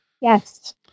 Yes